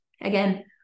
Again